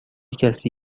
کسی